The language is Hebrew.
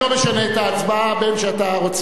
בין שאתה רוצה נגד ובין שבעד.